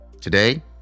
Today